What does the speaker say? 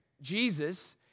Jesus